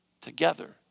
together